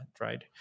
right